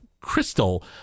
crystal